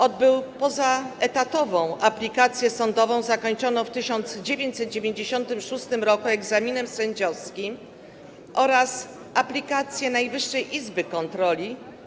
Odbył pozaetatową aplikację sądową zakończoną w 1996 r. egzaminem sędziowskim oraz aplikację Najwyższej Izby Kontroli.